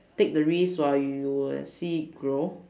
take the risk while you will see it grow